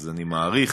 אז אני מעריך